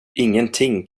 ingenting